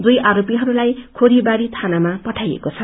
दुवै आरोपीहरूलाई खोरीबारी थानामा पठाइएको छ